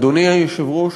אדוני היושב-ראש,